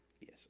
Yes